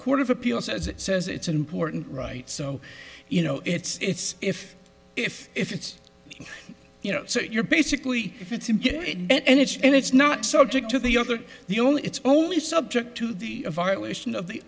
court of appeal says it says it's an important right so you know it's if if if it's you know so you're basically if it's him and it's and it's not subject to the other the only it's only subject to the violation of the